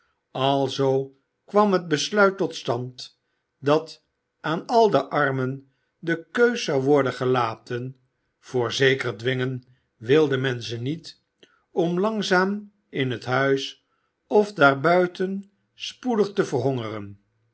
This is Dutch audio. alzoo kwam het besluit tot stand dat aan al de armen de keus zou worden gelaten voorzeker dwingen wilde men ze niet om langzaam in het huis of daarbuiten spoedig te verhongeren